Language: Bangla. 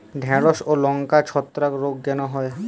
ঢ্যেড়স ও লঙ্কায় ছত্রাক রোগ কেন হয়?